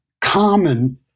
common